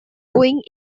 going